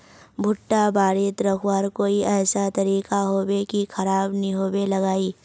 भुट्टा बारित रखवार कोई ऐसा तरीका होबे की खराब नि होबे लगाई?